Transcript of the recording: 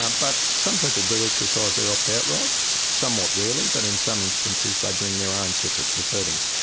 um but some people do exercise their opt out rights, somewhat rarely, but in some instances they bring their own separate proceedings.